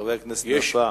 חבר הכנסת נפאע,